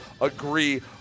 agree